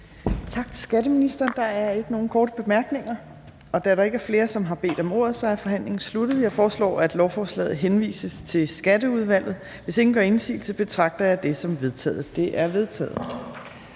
Tak til skatteministeren. Der er ikke nogen korte bemærkninger. Da der ikke er flere, der har bedt om ordet, er forhandlingen sluttet. Jeg foreslår, at lovforslaget henvises til Skatteudvalget. Hvis ingen gør indsigelse, betragter jeg det som vedtaget. Det er vedtaget.